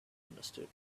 understood